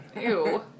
Ew